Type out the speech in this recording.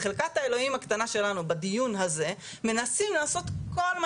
בחלקת אלוהים הקטנה שלנו בדיון הזה מנסים לעשות כל מה